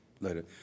Later